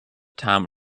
time